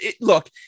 look